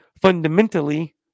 fundamentally